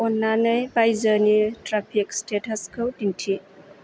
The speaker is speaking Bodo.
अन्नानै बायजोनि ट्राफिक स्टेटासखौ दिन्थि